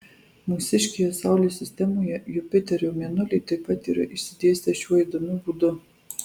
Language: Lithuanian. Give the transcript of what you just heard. mūsiškėje saulės sistemoje jupiterio mėnuliai taip pat yra išsidėstę šiuo įdomiu būdu